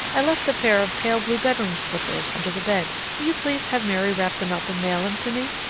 i left a pair of pale-blue bedroom slippers under the bed. will you please have mary wrap them up and mail them to me?